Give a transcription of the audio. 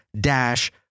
dash